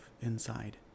inside